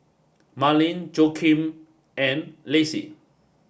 Marleen Joaquin and Lacy